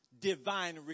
divine